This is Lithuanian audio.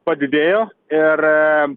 padidėjo ir